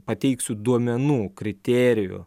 pateiksiu duomenų kriterijų